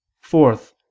Fourth